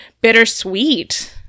bittersweet